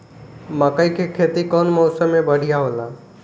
मकई के खेती कउन मौसम में बढ़िया होला?